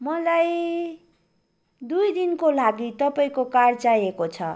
मलाई दुई दिनको लागि तपाईँको कार चाहिएको छ